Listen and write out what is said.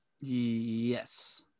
yes